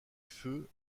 feu